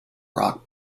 rock